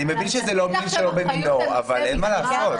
אני מבין שזה מין בשאינו מינו, אבל אין מה לעשות.